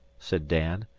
said dan.